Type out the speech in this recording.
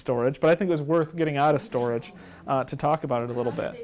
storage but i think is worth getting out of storage to talk about it a little bit